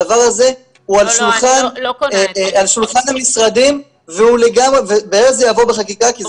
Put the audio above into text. הדבר הזה הוא על שולחן המשרדים וזה יבוא בחקיקה כי זה צריך חקיקה.